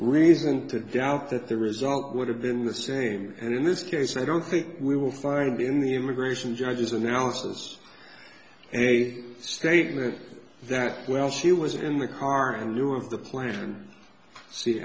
reason to doubt that the result would have been the same and in this case i don't think we will find to be in the immigration judges analysis a statement that well she was in the car and knew of the plan